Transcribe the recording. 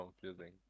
confusing